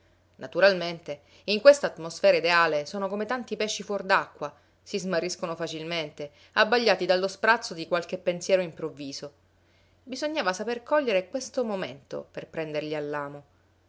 naturalmente in questa atmosfera ideale sono come tanti pesci fuor d'acqua si smarriscono facilmente abbagliati dallo sprazzo di qualche pensiero improvviso bisognava saper cogliere questo momento per prenderli